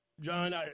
John